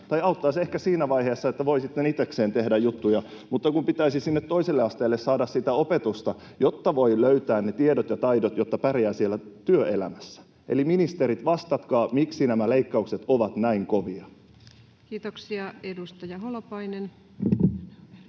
tai auttaa se ehkä siinä vaiheessa, että voi sitten itsekseen tehdä juttuja, mutta pitäisi sinne toiselle asteelle saada sitä opetusta, jotta voi löytää ne tiedot ja taidot, jotta pärjää siellä työelämässä. Eli, ministerit, vastatkaa: miksi nämä leikkaukset ovat näin kovia? [Speech 463] Speaker: